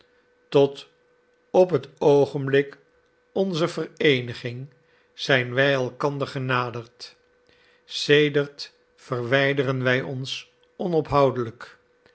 tot op het oogenblik onzer vereeniging zijn wij elkander genaderd sedert verwijderen wij ons onophoudelijk